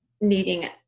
needing